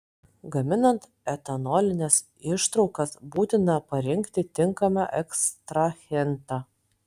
gaminant etanolines ištraukas būtina parinkti tinkamą ekstrahentą